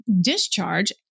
discharge